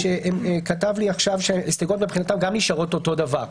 שכתב לי עכשיו שההסתייגויות מבחינתו גם נשארות אותו דבר.